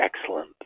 excellent